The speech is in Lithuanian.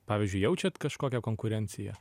pavyzdžiui jaučiat kažkokią konkurenciją